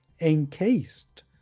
encased